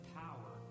power